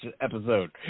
episode